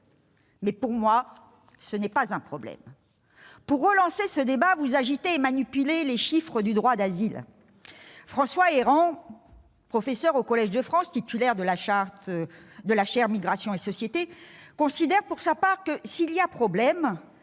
mais, pour moi, ce n'est pas un problème. Pour relancer ce débat, vous agitez et manipulez les chiffres du droit d'asile. François Héran, professeur au Collège de France, titulaire de la chaire migrations et sociétés, considère pour sa part que, s'il y a problème,